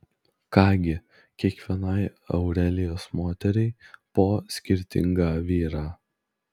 ką gi kiekvienai aurelijos moteriai po skirtingą vyrą